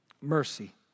mercy